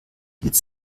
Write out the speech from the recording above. jetzt